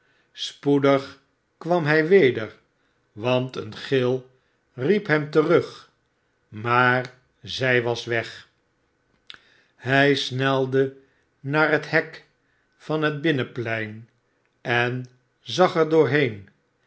spoedig kwam hij weder want een gil nephem terug maar zij was weg hij snelde naar het hek van het binnenplem en zag er doorneen